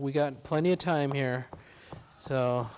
we got plenty of time here